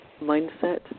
mindset